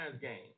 game